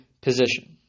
position